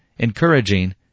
encouraging